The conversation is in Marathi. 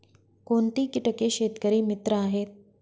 कोणती किटके शेतकरी मित्र आहेत?